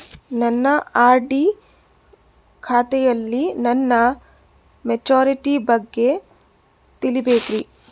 ನನ್ನ ಆರ್.ಡಿ ಖಾತೆಯಲ್ಲಿ ನನ್ನ ಮೆಚುರಿಟಿ ಬಗ್ಗೆ ತಿಳಿಬೇಕ್ರಿ